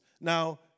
Now